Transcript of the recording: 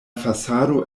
fasado